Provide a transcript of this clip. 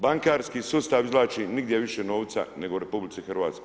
Bankarski sustav izvlači nigdje više novca nego u RH.